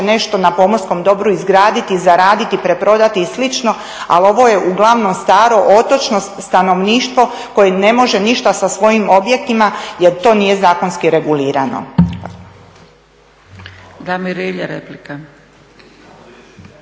nešto na pomorskom dobru izgraditi i zaraditi, preprodati i slično. Ali ovo je uglavnom staro, otočno stanovništvo koje ne može ništa sa svojim objektima, jer to nije zakonski regulirano.